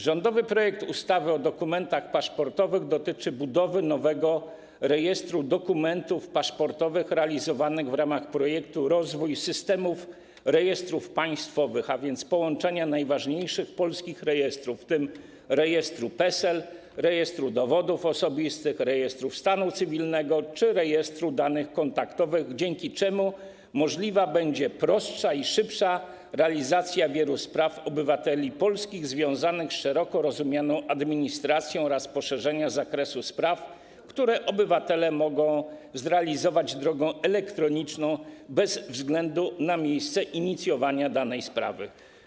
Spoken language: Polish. Rządowy projekt ustawy o dokumentach paszportowych dotyczy budowy nowego Rejestru Dokumentów Paszportowych realizowanej w ramach projektu „Rozwój Systemu Rejestrów Państwowych”, a więc połączenia najważniejszych polskich rejestrów, w tym rejestru PESEL, Rejestru Dowodów Osobistych, Rejestru Stanu Cywilnego czy Rejestru Danych Kontaktowych, dzięki czemu możliwa będzie prostsza i szybsza realizacja wielu spraw obywateli polskich związanych z szeroko rozumianą administracją oraz możliwe będzie poszerzenie zakresu spraw, które obywatele mogą zrealizować drogą elektroniczną bez względu na miejsce inicjowania danej sprawy.